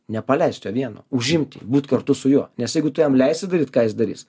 nepaleist jo vieno užimt jį būt kartu su juo nes jeigu tu jam leisi daryt ką jis darys